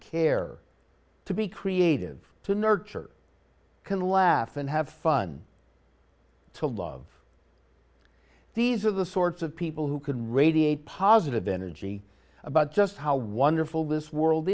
care to be creative to nurture can laugh and have fun to love these are the sorts of people who can radiate positive energy about just how wonderful this world